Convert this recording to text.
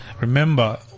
Remember